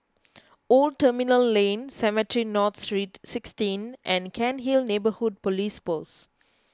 Old Terminal Lane Cemetry North Street sixteen and Cairnhill Neighbourhood Police Post